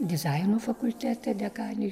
dizaino fakultete dekanė